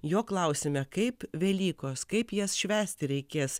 jo klausime kaip velykos kaip jas švęsti reikės